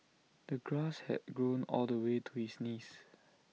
the grass had grown all the way to his knees